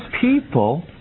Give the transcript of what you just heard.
people